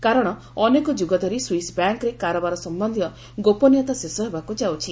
କାରଣ ଅନେକ ଯୁଗ ଧରି ସୁଇସ୍ ବ୍ୟାଙ୍କରେ କାରବାର ସମ୍ପନ୍ଧୀୟ ଗୋପନୀୟତା ଶେଷ ହେବାକୁ ଯାଉଛି